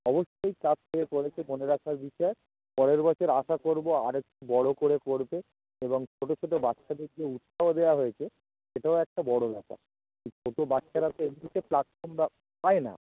অবশ্যই ক্লাব থেকে করেছে মনে রাখার বিষয় পরের বছর আশা করব আর একটু বড় করে করবে এবং ছোটো ছোটো বাচ্চাদের যে উৎসাহ দেওয়া হয়েছে সেটাও একটা বড় ব্যাপার ছোটো বাচ্চারা তো এমনিতে প্ল্যাটফর্ম বা পায় না